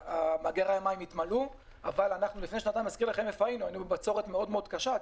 מאגרי המים התמלאו אבל לפני שנתיים הייתה פה בצורת מאוד קשה.